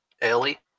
Ellie